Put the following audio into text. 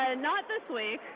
ah not this week.